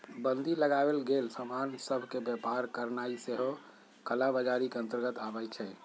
बन्दी लगाएल गेल समान सभ के व्यापार करनाइ सेहो कला बजारी के अंतर्गत आबइ छै